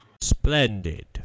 Splendid